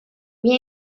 vía